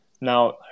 now